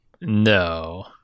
No